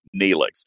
Neelix